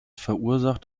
verursacht